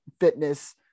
fitness